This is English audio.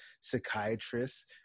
psychiatrists